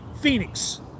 phoenix